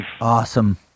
Awesome